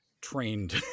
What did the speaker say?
trained